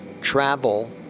travel